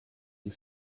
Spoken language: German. die